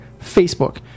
Facebook